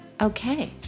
Okay